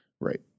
Right